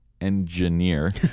engineer